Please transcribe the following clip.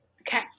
Okay